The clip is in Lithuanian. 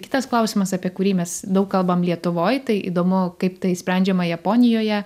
kitas klausimas apie kurį mes daug kalbam lietuvoj tai įdomu kaip tai sprendžiama japonijoje